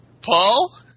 paul